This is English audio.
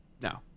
No